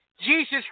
Jesus